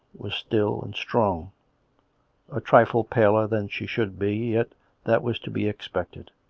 was still and strong a trifle paler than she should be, yet that was to be expected.